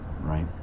right